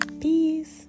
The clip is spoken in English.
peace